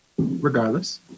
regardless